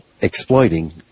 exploiting